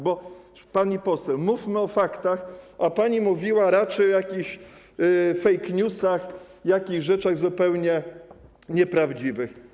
Bo pani poseł, mówmy o faktach, a pani mówiła raczej o jakichś fake newsach, jakichś rzeczach zupełnie nieprawdziwych.